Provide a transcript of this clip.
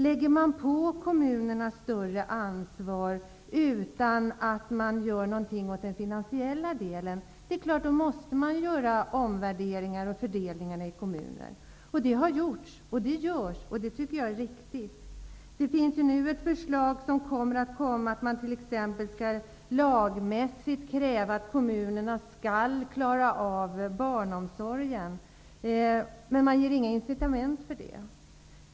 Lägger man på kommunerna ett större ansvar utan att man gör någonting åt deras finansiella situation måste ju kommunerna göra omvärderingar och omfördelningar. Det har gjorts och det görs, och det tycker jag är riktigt. Det kommer t.ex. snart ett lagförslag om att kommunerna skall förse alla som vill ha det med barnomsorg, men man ger inga incitament för det.